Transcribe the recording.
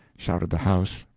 shouted the house,